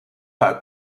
par